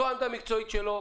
זו הדעה המקצועית שלו,